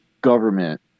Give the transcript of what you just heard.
government